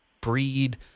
breed